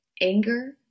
anger